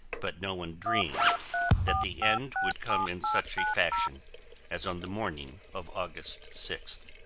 but no one dreamed that the end would come in such a fashion as on the morning of august sixth.